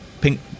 Pink